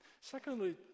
Secondly